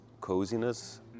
coziness